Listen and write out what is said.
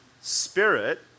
spirit